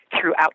throughout